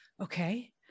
okay